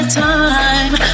time